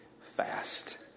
fast